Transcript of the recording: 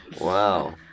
Wow